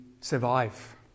survive